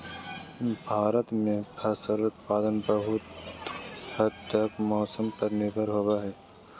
भारत में फसल उत्पादन बहुत हद तक मौसम पर निर्भर होबो हइ